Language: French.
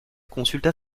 consulta